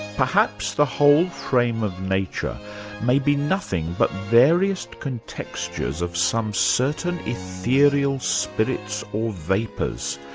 perhaps the whole frame of nature may be nothing but various contextures of some certain ethereal spirits or vapours,